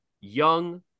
young